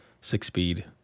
six-speed